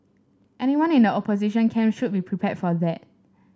anyone in the opposition camp should be prepared for that